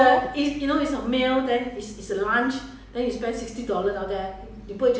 !haiya! 二十多 okay lah 当作是 buffet lor